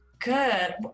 Good